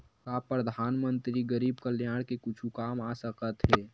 का परधानमंतरी गरीब कल्याण के कुछु काम आ सकत हे